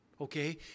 Okay